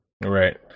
Right